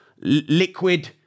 liquid